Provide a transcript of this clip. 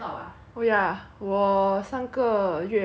oh ya 我上个月买的